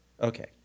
okay